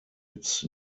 its